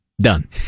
Done